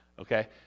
okay